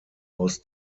aus